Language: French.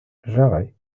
jarrets